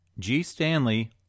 gstanley